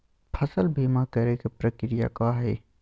फसल बीमा करे के प्रक्रिया का हई?